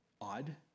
odd